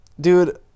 dude